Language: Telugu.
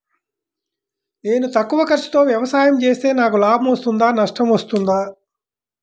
నేను తక్కువ ఖర్చుతో వ్యవసాయం చేస్తే నాకు లాభం వస్తుందా నష్టం వస్తుందా?